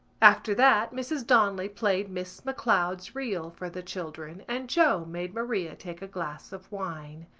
after that mrs. donnelly played miss mccloud's reel for the children and joe made maria take a glass of wine.